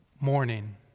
morning